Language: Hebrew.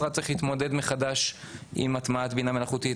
זה לא שכל משרד צריך להתמודד מחדש עם הטמעת בינה מלאכותית